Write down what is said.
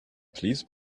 please